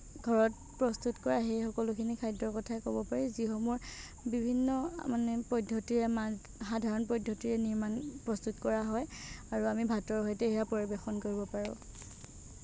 ঘৰত প্ৰস্তুত কৰা সেই সকলোখিনি খাদ্যৰ কথা ক'ব পাৰি যিসমূহৰ বিভিন্ন মানে পদ্ধতিৰে সাধাৰণ পদ্ধতিৰে নিৰ্মাণ প্ৰস্তুত কৰা হয় আৰু আমি ভাত সৈতে সেয়া পৰিৱেশন কৰিব পাৰোঁ